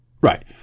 Right